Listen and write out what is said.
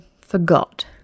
forgot